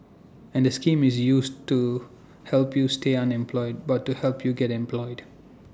and the scheme is used to help you stay unemployed but to help you get employed